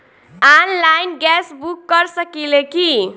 Online gas book कर सकिले की?